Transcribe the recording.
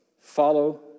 follow